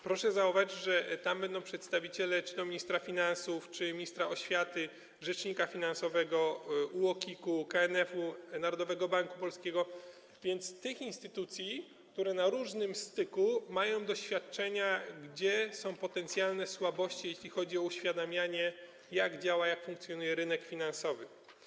Proszę zauważyć, że tam będą przedstawiciele czy to ministra finansów, czy ministra oświaty, rzecznika finansowego, UOKiK-u, KNF-u, Narodowego Banku Polskiego, czyli tych instytucji, które na różnym styku mają doświadczenia, gdzie są potencjalne słabości, jeśli chodzi o uświadamianie, jak działa, jak funkcjonuje rynek finansowy.